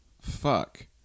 fuck